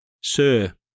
Sir